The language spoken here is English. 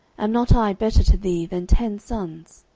am not i better to thee than ten sons?